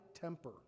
temper